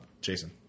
Jason